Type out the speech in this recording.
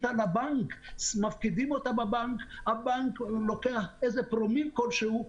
מפקידים אותה בבנק והבנק לוקח פרומיל כלשהו.